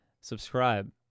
Subscribe